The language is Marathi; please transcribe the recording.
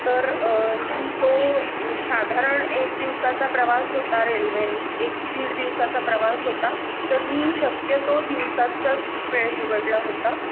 तर मी तो साधारण एक दिवसाचा प्रवास होता रेल्वेने एक दीड दिवसाचा प्रवास होता तर मी शक्यतो दिवसाचाच वेळ निवडला होता